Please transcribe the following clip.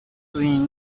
blue